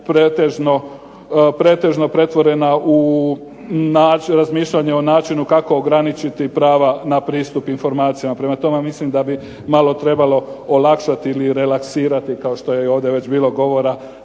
pretežno pretvoreno u razmišljanje o način kako ograničiti prava na pristup informacijama. Prema tome, mislim da bi malo trebalo olakšati ili relaksirati kao što je i ovdje već bilo govora